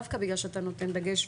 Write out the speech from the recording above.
דווקא בגלל שאתה נותן דגש,